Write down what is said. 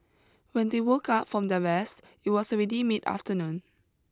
when they woke up from their rest it was already mid afternoon